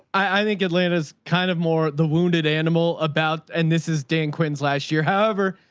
i think atlanta is kind of more the wounded animal about, and this is dan quinton's last year. however,